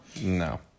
no